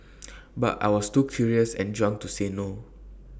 but I was too curious and drunk to say no